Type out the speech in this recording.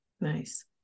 Nice